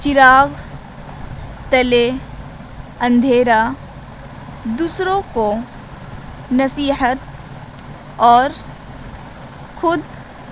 چراغ تلے اندھیرا دوسروں کو نصحت اور خود